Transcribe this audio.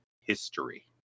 history